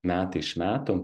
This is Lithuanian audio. metai iš metų